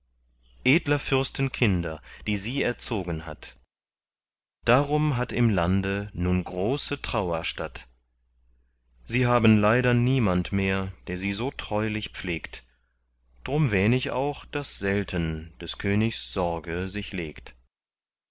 edler fürsten kinder die sie erzogen hat darum hat im lande nun große trauer statt sie haben leider niemand mehr der sie so treulich pflegt drum wähn ich auch daß selten des königs sorge sich legt